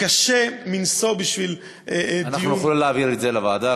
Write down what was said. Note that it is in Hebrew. קשה מנשוא בשביל דיון, נוכל להעביר את זה לוועדה.